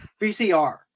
VCR